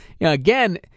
again